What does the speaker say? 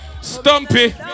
Stumpy